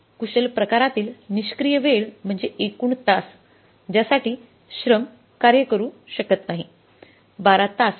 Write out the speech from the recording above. कुशल प्रकारातील निष्क्रिय वेळ म्हणजे एकूण तास ज्यासाठी श्रम कार्य करू शकत नाहीत 12 तास